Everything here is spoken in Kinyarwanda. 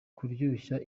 kuryoshya